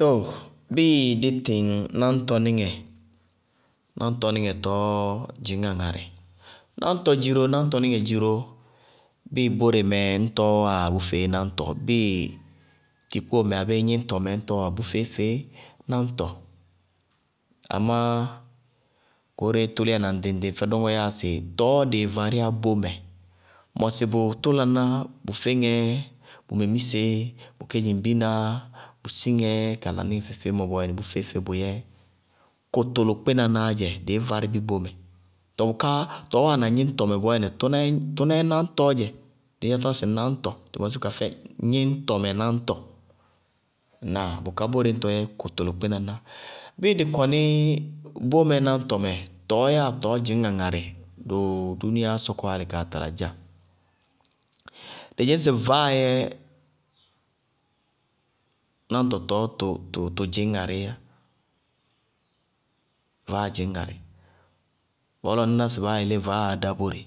Too bíɩ dí tɩŋ náñtɔnɩŋɛ, náñtɔnɩŋɛ tɔɔ dzɩñŋá ŋarɩ, nañtɔ dziró, náñtɔníŋɛ dziró bíɩ bóre mɛ ñtɔɔ wáa bʋfeé náñtɔ, bíɩ tikpóo mɛ abéé gníñtɔmɛ ñtɔɔwá bʋ feé-feé nañtɔ, amá goóreé tʋ líyána ŋɖɩŋ-ŋɖɩŋ fɛ dɔŋɔ yáa sɩ tɔɔ dɩɩ varíyá bómɛ, mɔsɩ bʋ tʋlaná, bʋ féŋɛ, bʋnmemise, bʋ kedzimbinaá, bʋ síŋɛ kala níŋɛ feé-feé bɔɔyɛnɩ bʋ feé-feé bʋyɛ kʋtʋlʋkpɩnanáá dzɛ, dɩí várɩ bí bómɛ. Tɔɔ bʋká tɔɔ wáana gníñtɔmɛ bɔɔyɛnɩ, tʋná yɛ náñtɔɔ dzɛ, tʋná yɛ nañtɔ dɩ mɔsírka fɛ náñtɔ, gníñtɔmɛ ñtɔ, ŋnáa? Bʋká bóre ñtɔ yɛ kʋtʋlʋkpɩnaná. Bíɩ dɩ kɔní bómɛ náñtɔ mɛ, tɔɔ yáa tɔɔ dzɩñŋá ŋarɩ doo dúúniaá sɔkɔwá álɩ kaa tala dza, dɩ dzɩñŋsɩ vaáa yɛ nañtɔ tɔɔ tʋ tʋ dzɩñ ŋarɩí yá, vaáa dzɩñ ŋarɩ, bɔɔlɔ ŋñná sɩ baá yelé vaáa dá bóre,